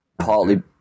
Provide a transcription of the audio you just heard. Partly